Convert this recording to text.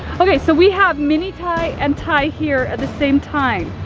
okay, so we have mini ty and ty here at the same time.